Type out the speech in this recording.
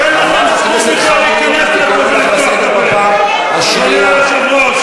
חבר הכנסת זחאלקה, תירגע.